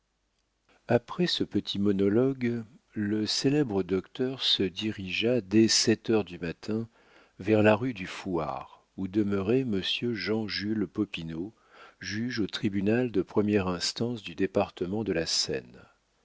après ce petit monologue le célèbre docteur se dirigea dès sept heures du matin vers la rue du fouarre où demeurait monsieur jean jules popinot juge au tribunal de première instance du département de la seine